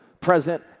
present